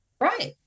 Right